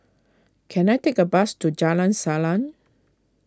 can I take a bus to Jalan Salang